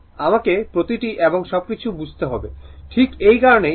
আমাকে প্রতিটি এবং সবকিছু বুঝতে হবে ঠিক এই কারণেই এই কারেন্ট টি 45o